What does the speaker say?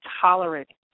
tolerating